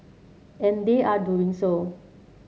and they are doing so